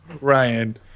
ryan